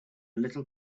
little